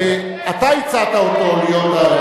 אתה הצעת אותו להיות,